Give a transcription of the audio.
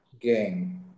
game